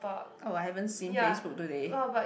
oh I haven't seen Facebook today